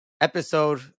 episode